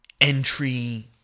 entry